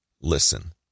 Listen